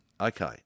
Okay